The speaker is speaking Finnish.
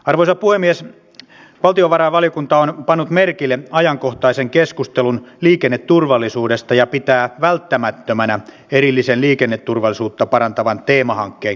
helpompi kun uudistus on ikään kuin loksahtanut paikalleen ja kertausharjoitusten järjestämisestäkin on parempaa kokemusta